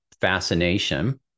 fascination